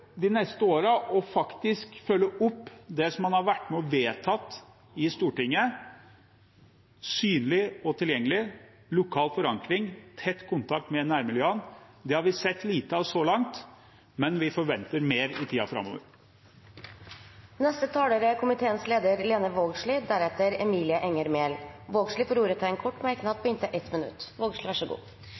de neste årene faktisk å følge opp det som man har vært med på å vedta i Stortinget: synlig og tilgjengelig, lokal forankring og tett kontakt med nærmiljøene. Det har vi sett lite av så langt. Vi forventer mer i tiden framover. Representanten Lene Vågslid har hatt ordet to ganger tidligere og får ordet til en kort merknad, begrenset til 1 minutt. Debatten nærmar seg slutten. Det er dessverre slik, uansett korleis ein vrir og vrengjer på